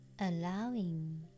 allowing